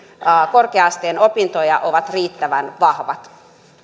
korkea asteen opintoja ovat riittävän vahvat